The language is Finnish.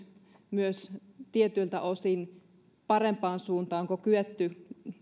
myös tietyiltä osin parempaan suuntaan onko kyetty